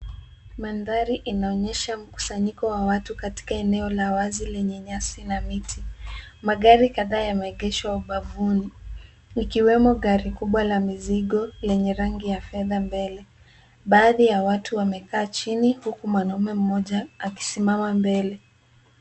Mandhari inaonyesha mkusanyiko kwa watu katika eneo la wazi lenye nyasi na miti. Magari kadhaa yameegeshwa ubavuni, ikiwemo gari kubwa la mizigo lenye rangi ya fedha mbele. Baadhi ya watu wamekaa chini huku mwanamume mmoja akisimama mbele.